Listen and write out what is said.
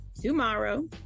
tomorrow